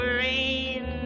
rain